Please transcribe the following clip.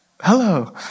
Hello